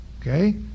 Okay